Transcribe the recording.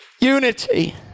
unity